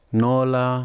nola